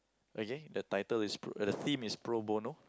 again the title is the theme is pro bono